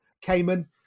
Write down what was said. Cayman